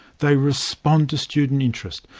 they respond to student interest,